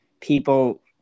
people